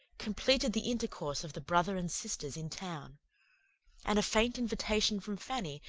completed the intercourse of the brother and sisters in town and a faint invitation from fanny,